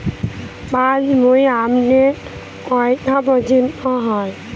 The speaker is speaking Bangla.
পাশ বই আপডেট কটা পর্যন্ত হয়?